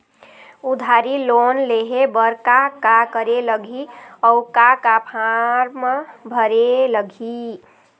उधारी लोन लेहे बर का का करे लगही अऊ का का फार्म भरे लगही?